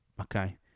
Okay